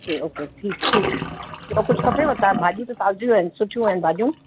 okay okay ठीकु ठीकु ॿियो कुझु खपेव त भाॼियूं त ताज़ियूं आहिनि सुठियूं आहिनि भाॼियूं